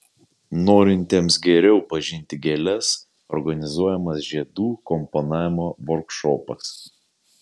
norintiems geriau pažinti gėles organizuojamas žiedų komponavimo vorkšopas